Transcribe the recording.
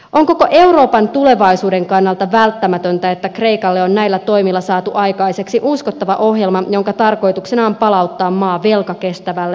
on koko euroopan tulevaisuuden kannalta välttämätöntä että kreikalle on näillä toimilla saatu aikaiseksi uskottava ohjelma jonka tarkoituksena on palauttaa maa velkakestävälle uralle